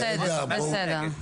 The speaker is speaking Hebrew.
בסדר, בסדר.